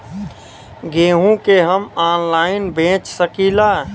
गेहूँ के हम ऑनलाइन बेंच सकी ला?